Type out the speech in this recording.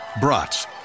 brats